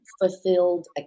Fulfilled